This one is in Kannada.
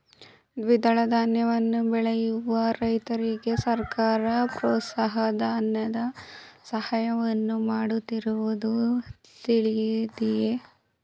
ದ್ವಿದಳ ಧಾನ್ಯಗಳನ್ನು ಬೆಳೆಯುವ ರೈತರಿಗೆ ಸರ್ಕಾರ ಪ್ರೋತ್ಸಾಹ ಧನದ ಸಹಾಯವನ್ನು ಮಾಡುತ್ತಿರುವುದು ತಿಳಿದಿದೆಯೇ?